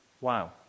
Wow